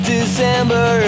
December